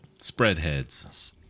spreadheads